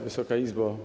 Wysoka Izbo!